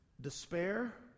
Despair